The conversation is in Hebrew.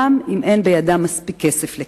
גם אם אין בידם מספיק כסף לכך.